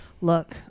look